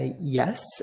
Yes